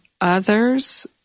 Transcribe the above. others